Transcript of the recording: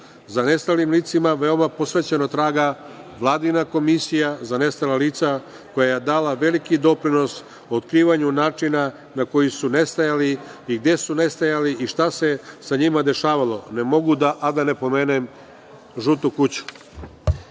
Za nestalim licima veoma posvećeno traga Vladina Komisija za nestala lica, koja je dala veliki doprinos otkrivanju način na koji su nestajali i gde su nestajali, šta se sa njima dešavalo. Ne mogu, a da ne pomenem „žutu